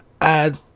add